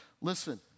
listen